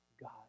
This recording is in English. God